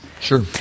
Sure